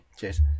Cheers